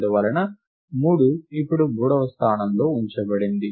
అందువలన 3 ఇప్పుడు మూడవ స్థానంలో ఉంచబడింది